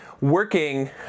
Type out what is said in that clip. working